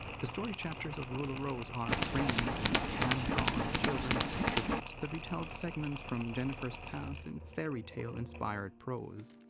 the story-chapters of rule of rose are framed in hand-drawn children's picture books that retell segments from jennifer's past in fairy-tale-inspired prose.